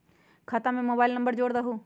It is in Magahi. खाता में मोबाइल नंबर जोड़ दहु?